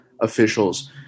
officials